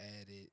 added